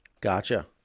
gotcha